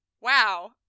Wow